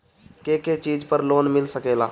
के के चीज पर लोन मिल सकेला?